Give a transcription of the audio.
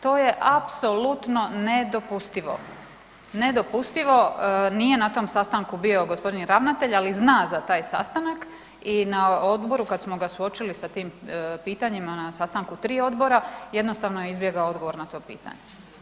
To je apsolutno nedopustivo, nedopustivo, nije na tom sastanku bio g. ravnatelj ali zna za taj sastanak i na odboru kad smo ga suočili sa tim pitanjima, na sastanku tri odbora, jednostavno je izbjegao odgovor na to pitanje.